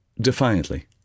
Defiantly